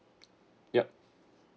yup